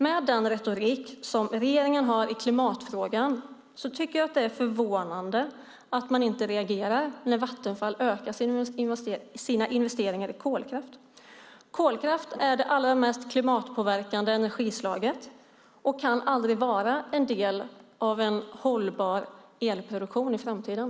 Med den retorik som regeringen har i klimatfrågan tycker jag att det är förvånande att man inte reagerar när Vattenfall ökar sina investeringar i kolkraft. Kolkraft är det allra mest klimatpåverkande energislaget och kan inte vara en del av en hållbar elproduktion i framtiden.